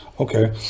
Okay